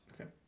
Okay